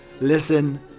Listen